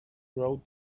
wrote